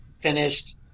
finished